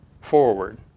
forward